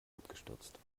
abgestürzt